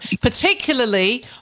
particularly